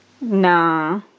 Nah